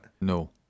no